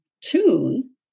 tune